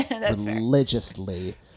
religiously